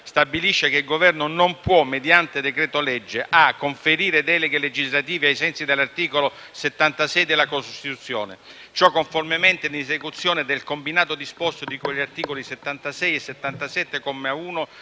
stabilisce che il Governo non può, mediante decreto-legge conferire deleghe legislative ai sensi dell'articolo 76 della Costituzione. Ciò conformemente e in esecuzione del combinato disposto di cui agli articoli 76 e 77,